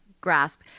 grasp